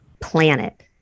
planet